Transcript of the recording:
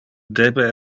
debe